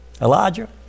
Elijah